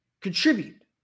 contribute